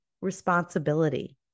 responsibility